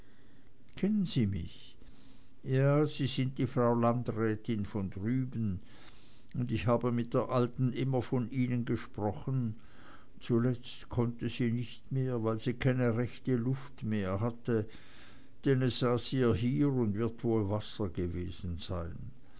kennen sie mich ja sie sind die frau landrätin von drüben und ich habe mit der alten immer von ihnen gesprochen zuletzt konnte sie nicht mehr weil sie keine rechte luft mehr hatte denn es saß ihr hier und wird wohl wasser gewesen sein